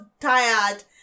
tired